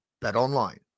BetOnline